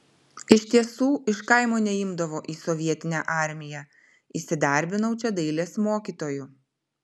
iš tiesų iš kaimo neimdavo į sovietinę armiją įsidarbinau čia dailės mokytoju